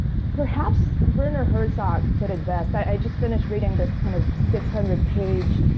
perhaps, werner herzog put it best. i just finished reading this kind of six hundred page